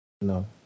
no